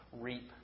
reap